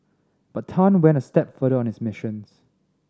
but Tan went a step further on his missions